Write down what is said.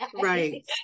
right